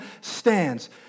stands